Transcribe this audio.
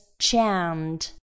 chant